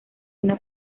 una